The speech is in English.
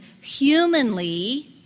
humanly